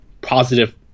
positive